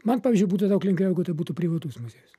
man pavyzdžiui būta daug lengviau būtų privatus muziejus